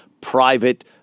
private